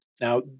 now